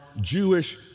Jewish